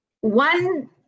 one